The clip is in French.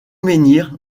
menhir